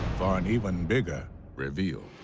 for an even bigger reveal